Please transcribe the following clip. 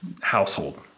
Household